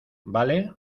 vale